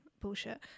bullshit